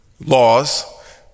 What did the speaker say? laws